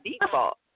default